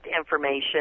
information